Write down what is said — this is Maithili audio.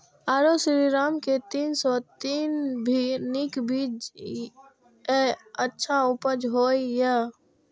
आरो श्रीराम के तीन सौ तीन भी नीक बीज ये अच्छा उपज होय इय?